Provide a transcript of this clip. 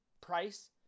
price